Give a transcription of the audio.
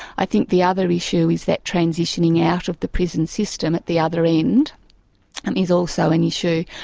i think the other issue is that transitioning out of the prison system at the other end um is also an issue.